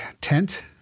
tent